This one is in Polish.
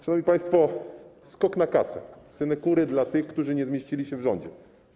Szanowni państwo, skok na kasę, synekury dla tych, którzy nie zmieścili się w rządzie.